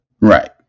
Right